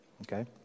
Okay